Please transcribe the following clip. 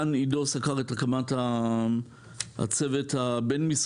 כאן עידו סקר את הקמת הצוות הבין-משרדי,